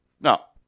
Now